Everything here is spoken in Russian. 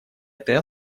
этой